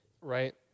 Right